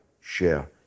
share